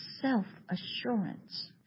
self-assurance